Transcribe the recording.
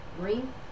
Green